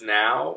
now